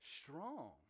strong